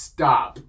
Stop